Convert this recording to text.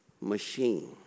machine